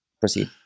Proceed